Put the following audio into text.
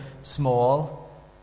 small